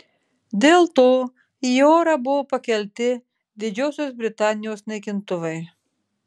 dėl to į orą buvo pakelti didžiosios britanijos naikintuvai